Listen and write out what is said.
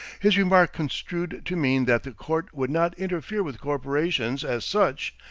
his remark, construed to mean that the court would not interfere with corporations as such,